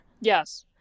Yes